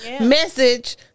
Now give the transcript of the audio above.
Message